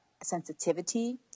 sensitivity